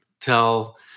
tell